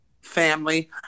family